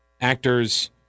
actors